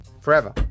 forever